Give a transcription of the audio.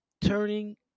turning